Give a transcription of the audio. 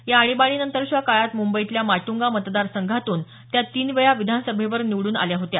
या आणि बाणीनंतरच्या काळात मुंबईतल्या माट्गा मतदारसंघातून त्या तीनवेळा विधानसभेवर निवडून आल्या होत्या